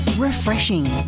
Refreshing